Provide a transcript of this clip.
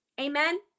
Amen